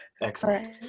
excellent